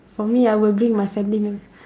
for me I will bring my family members